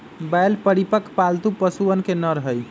बैल परिपक्व, पालतू पशुअन के नर हई